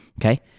Okay